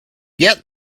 get